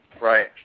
Right